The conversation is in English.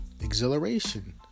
exhilaration